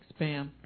spam